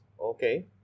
Okay